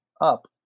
up